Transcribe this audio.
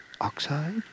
oxide